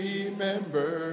Remember